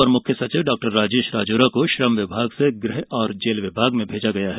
अपर मुख्य सचिव डॉक्टर राजेश राजोरा श्रम विभाग से गृह और जेल विभाग भेजा गया है